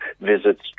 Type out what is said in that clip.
visits